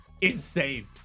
insane